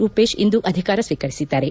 ರೂಪೇಶ್ ಇಂದು ಅಧಿಕಾರ ಸ್ವೀಕರಿಸಿದ್ದಾರೆ